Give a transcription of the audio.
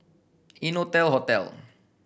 Innotel Hotel